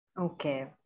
Okay